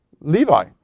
Levi